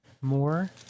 more